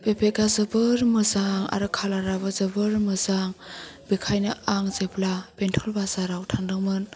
बे बेगा जोबोर मोजां आरो कालाराबो जोबोर मोजां बेखायनो आं जेब्ला बेंटल बाजाराव थांदोंमोन